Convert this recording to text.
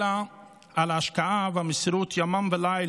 אלא על ההשקעה והמסירות יומם וליל